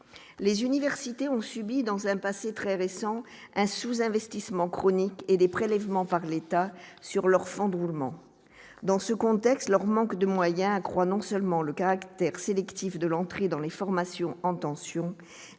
les universités ont subi dans un passé très récent, un sous-investissement chronique et des prélèvements par l'État sur leur fonds de roulement dans ce contexte, leur manque de moyens accroît non seulement le caractère sélectif de l'entrée dans les formations en tension